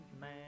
man